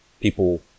people